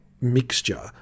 mixture